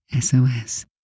SOS